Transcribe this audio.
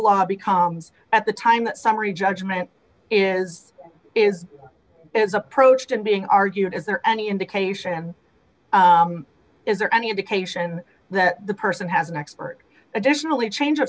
law becomes at the time that summary judgment is is is approached and being argued is there any indication is there any indication that the person has an expert additionally a change of